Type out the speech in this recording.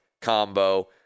combo